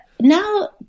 Now